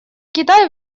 китай